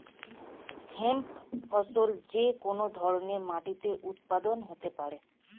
hemp ফসল যে কোন ধরনের মাটিতে উৎপাদন হতে পারে